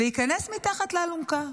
וייכנס מתחת לאלונקה.